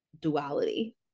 duality